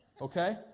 Okay